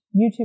YouTube